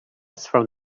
from